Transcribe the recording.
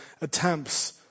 attempts